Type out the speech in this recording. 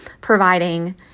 providing